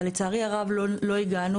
אבל לצערי הרב לא הגענו.